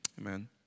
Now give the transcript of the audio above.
Amen